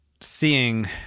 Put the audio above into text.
seeing